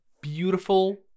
beautiful